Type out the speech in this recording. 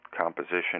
composition